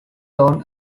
own